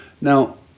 Now